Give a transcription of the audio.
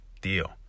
deal